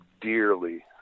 dearly